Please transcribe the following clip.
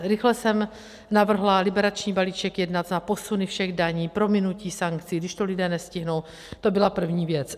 Rychle jsem navrhla liberační balíček jednat na posuny všech daní, prominutí sankcí, když to lidé nestihnou, to byla první věc.